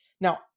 Now